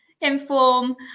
inform